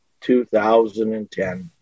2010